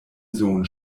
sohn